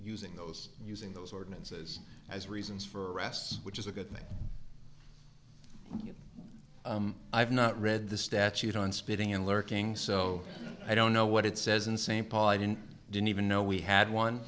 using those using those ordinances as reasons for arrests which is a good thing i've not read the statute on spitting and lurking so i don't know what it says in st paul i didn't didn't even know we had one